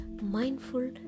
mindful